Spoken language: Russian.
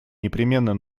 непременно